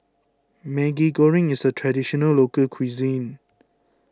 Maggi Goreng is a Traditional Local Cuisine